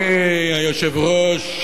אדוני היושב-ראש,